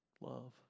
love